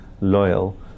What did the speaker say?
loyal